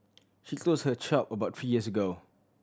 she closed her shop about three years ago